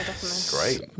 Great